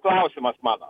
klausimas mano